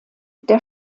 der